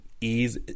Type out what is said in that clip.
ease